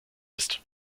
ist